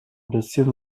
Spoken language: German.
bisschen